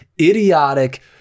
idiotic